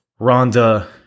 Rhonda